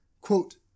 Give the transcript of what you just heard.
Quote